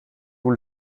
vous